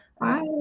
Bye